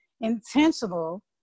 intentional